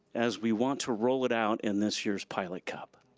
as we want to roll it out in this year's pilot cup.